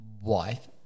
wife